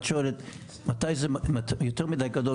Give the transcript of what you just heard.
את שואלת מתי זה יותר מידי גדול,